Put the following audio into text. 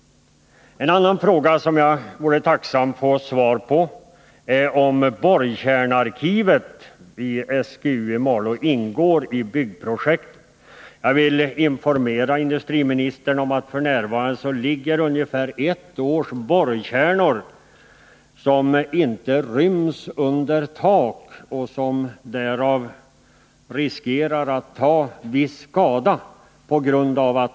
En annan fråga som jag vore tacksam att få svar på är om borrkärnarkivet för SGU i Malå ingår i byggprojektet. Jag vill informera industriministern om att på grund av att man inte fått detta besked så ligger f. n. ungefär ett års borrkärnor som inte ryms under tak i de gamla lokalerna och riskerar att ta viss skada.